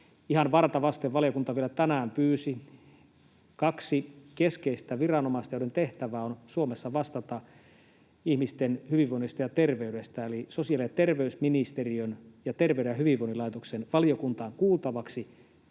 varta vasten valiokunta vielä tänään pyysi kaksi keskeistä viranomaista, joiden tehtävä on Suomessa vastata ihmisten hyvinvoinnista ja terveydestä — eli sosiaali- ja terveysministeriöstä ja Terveyden ja hyvinvoinnin laitokselta — valiokuntaan kuultavaksi